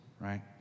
right